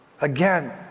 Again